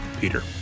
Peter